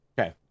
okay